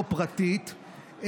לא פרטית,